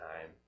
time